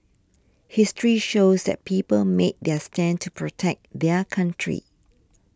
history shows that people made their stand to protect their country